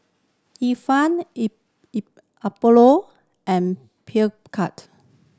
Ifan Apollo and